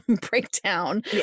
breakdown